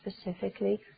specifically